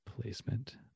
Placement